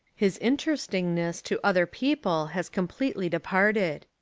his in terestingness to other people has completely de parted.